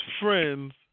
friends